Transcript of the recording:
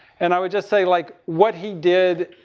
and i would just say, like, what he did,